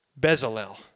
bezalel